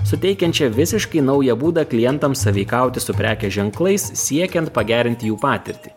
suteikiančią visiškai naują būdą klientams sąveikauti su prekės ženklais siekiant pagerinti jų patirtį